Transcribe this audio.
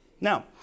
Now